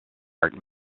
art